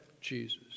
Jesus